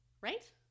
right